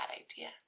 idea